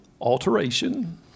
alteration